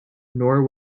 nor